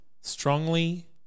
Strongly